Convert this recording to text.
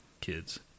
kids